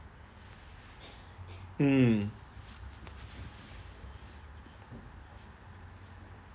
mm